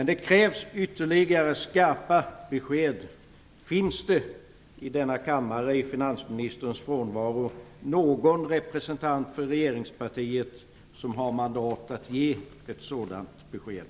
Det krävs ytterligare skarpa besked. Finns det i denna kammare, i finansministerns frånvaro, någon representant för regeringspartiet som har mandat att ge sådana besked?